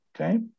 okay